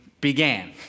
began